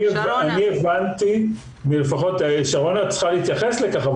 שרונה צריכה להתייחס לכך,